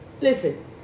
Listen